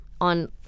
on